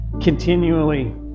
continually